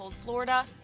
Florida